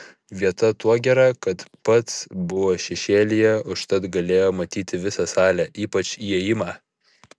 vieta tuo gera kad pats buvo šešėlyje užtat galėjo matyti visą salę ypač įėjimą